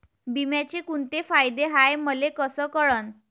बिम्याचे कुंते फायदे हाय मले कस कळन?